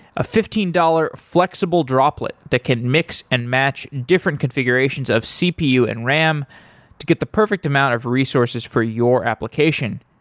a fifteen dollars flexible droplet that can mix and match different configurations of cpu and ram to get the perfect amount of resources for your application.